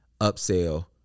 upsell